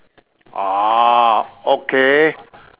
orh okay